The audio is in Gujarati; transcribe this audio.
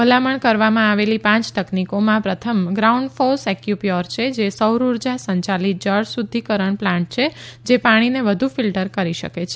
ભલામણ કરવામાં આવેલી પાંચ તકનીકોમાં પ્રથમ ગ્રાઉન્ડફોસ એક્યુપ્યોર છે જે સૌર ઉર્જા સંયાલિત જળ શુદ્ધિકરણ પ્લાન્ટ છે જે પાણીને વધુ ફિલ્ટર કરી શકે છે